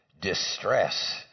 distress